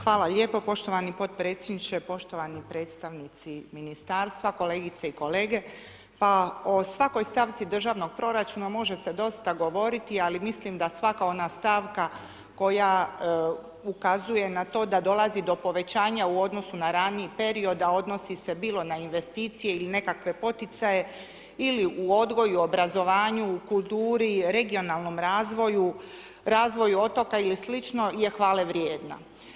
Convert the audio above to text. Hvala lijepo poštovani podpredsjedniče, poštovani predstavnici ministarstva, kolegice i kolege, pa o svakoj stavci državnog proračuna može se dosta govoriti ali mislim da svaka ona stavka koja ukazuje na to da dolazi do povećanja u odnosu na raniji period, a odnosi se bilo na investicije ili nekakve poticaje ili u odgoju, obrazovanju u kulturi, regionalnom razvoju, razvoju otoka ili slično je hvale vrijedna.